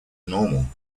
normal